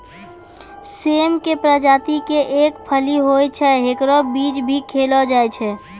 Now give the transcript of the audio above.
सेम के प्रजाति के एक फली होय छै, हेकरो बीज भी खैलो जाय छै